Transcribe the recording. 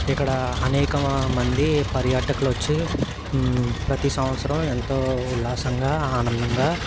ఇక్కడ అనేక మ మంది పర్యాటకులొచ్చి ప్రతీ సంవత్సరం ఎంతో ఉల్లాసంగా ఆనందంగా